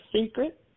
secret